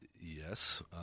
yes